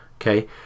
okay